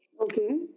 Okay